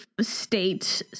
state